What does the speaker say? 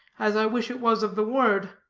as i wish it was of the world.